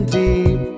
deep